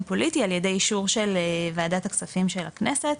פוליטי על ידי אישור של ועדת הכספים של הכנסת,